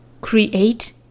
Create